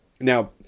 now